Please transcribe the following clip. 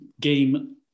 game